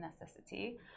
necessity